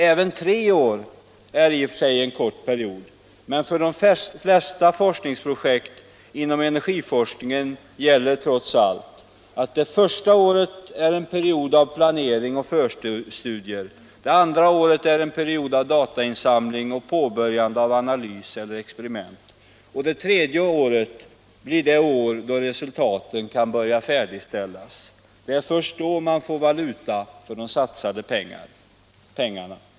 Även tre år är i och för sig en kort period, men för de flesta forskningsprojekt inom energiforskningen gäller trots allt att det första året är en period av planering och förstudier och det andra året en period av datainsamling och påbörjande av analys eller experiment. Det tredje 83 året blir det år då resultaten kan börja färdigställas. Det är först då man får valuta för de satsade pengarna.